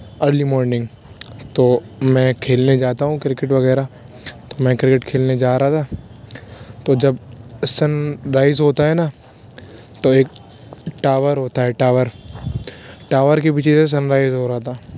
early morning تو میں کھیلنے جاتا ہوں کرکٹ وغیرہ تو میں کرکٹ کھیلنے جا رہا تھا تو جب سن رائز ہوتا ہے نا تو ایک ٹاور ہوتا ہے ٹاور ٹاور کے پیچھے سے سن رائز ہو رہا تھا